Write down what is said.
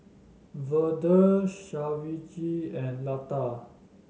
Vedre Shivaji and Lata